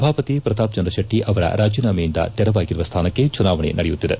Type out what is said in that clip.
ಸಭಾಪತಿ ಪ್ರತಾಪ್ಚಂದ್ರ ಶೆಟ್ಟ ಅವರ ರಾಜೀನಾಮೆಯಿಂದ ತೆರವಾಗಿರುವ ಸ್ವಾನಕ್ಷೆ ಚುನಾವಣೆ ನಡೆಯತ್ತಿದೆ